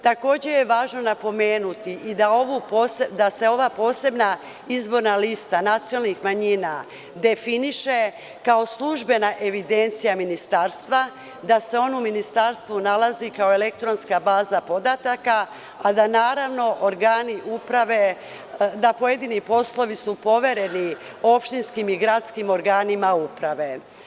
Takođe je važno napomenuti i da se ova posebna izborna lista nacionalnih manjina definiše kao službena evidencija ministarstva, da se ona u ministarstvu nalazi kao elektronska baza podataka, a da su naravno pojedini poslovi povereni opštinskim i gradskim organima uprave.